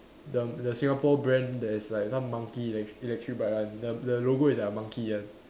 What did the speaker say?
the the Singapore brand that is like some monkey electric electric bike one the the logo is like a monkey one